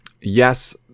yes